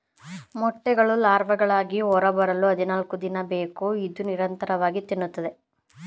ಮೊಟ್ಟೆಗಳು ಲಾರ್ವಾಗಳಾಗಿ ಹೊರಬರಲು ಹದಿನಾಲ್ಕುದಿನ ಬೇಕು ಇದು ನಿರಂತರವಾಗಿ ತಿನ್ನುತ್ತದೆ